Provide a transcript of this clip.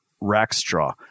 Rackstraw